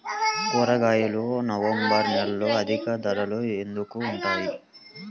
కూరగాయలు నవంబర్ నెలలో అధిక ధర ఎందుకు ఉంటుంది?